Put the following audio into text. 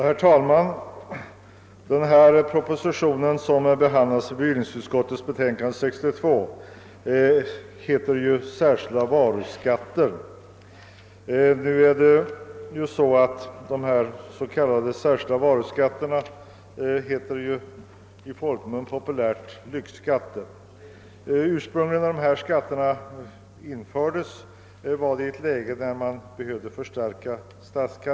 Herr talman! Den proposition som behandlas i bevillningsutskottets betänkande nr 62 rubriceras »särskild varuskatt«. Nu heter de s.k. särskilda varuskatterna i folkmun populärt »lyxskatter». De infördes i ett läge när statskassan behövde förstärkas.